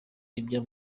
ibya